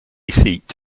seat